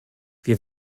wir